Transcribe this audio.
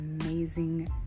amazing